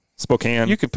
Spokane